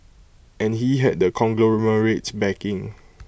and he had the conglomerate's backing